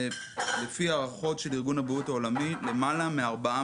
לפי הערכות של ארגון הבריאות העולמי למעלה מארבעה